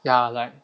ya like